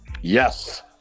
Yes